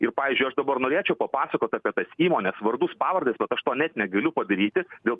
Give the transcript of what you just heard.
ir pavyzdžiui aš dabar norėčiau papasakot apie tas įmones vardus pavardes bet aš to net negaliu padaryti dėl